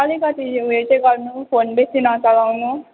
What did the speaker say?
अलिकति उयो चाहिँ गर्नु फोन बेसी नचलाउनु